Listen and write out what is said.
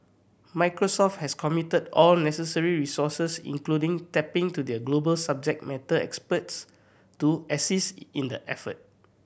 Microsoft has committed all necessary resources including tapping into their global subject matter experts to assist in the effort